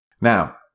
Now